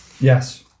Yes